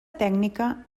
tècnica